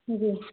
जी